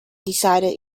decided